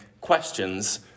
questions